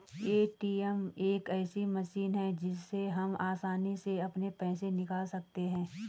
ATM एक ऐसी machine है जिससे हम आसानी से अपने पैसे निकाल सकते हैं